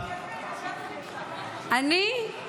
אני,